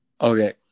Okay